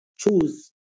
choose